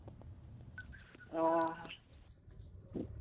ᱚᱻ